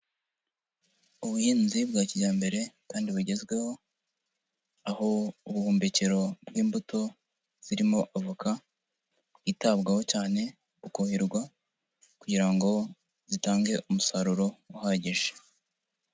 ubuhinzi bwa kijyambere kandi bugezweho. Aho ubuhunikiro bw'imbuto, zirimo avoka bwitabwaho cyane, bukukihirwa kugira ngo zitange umusaruro uhagije.